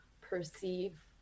perceive